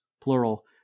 plural